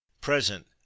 present